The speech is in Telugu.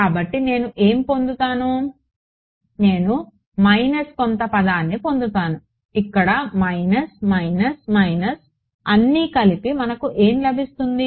కాబట్టి నేను ఏమి పొందుతాను నేను మైనస్ కొంత పదాన్ని పొందుతాను ఇక్కడ మైనస్ మైనస్ మైనస్అన్నీ కలిపి మనకు ఏం లభిస్తుంది